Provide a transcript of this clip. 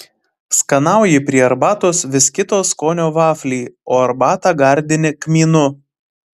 skanauji prie arbatos vis kito skonio vaflį o arbatą gardini kmynu